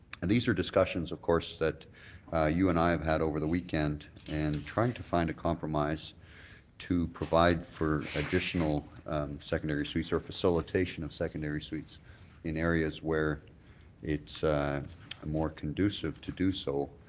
and these are discussions of course that you and i have had over the weekend and trying to find a compromise to provide for additional secondary suites or facilities of secondary suites in areas where it's more conducive to do so.